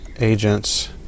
agents